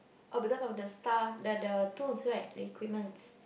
oh because of the stuff the the tools right the equipment